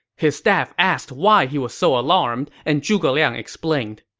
his staff asked why he was so alarmed, and zhuge liang explained,